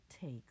takes